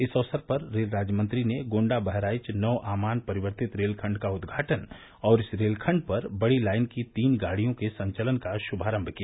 इस अवसर पर रेल राज्य मंत्री ने गोण्डा बहराइच नव आमान परिवर्तित रेलखंड का उद्घाटन और इस रेलखंड पर बड़ी लाइन की तीन गाड़ियों के संचलन का शुभारम्भ किया